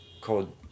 called